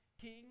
king